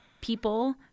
people